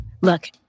Look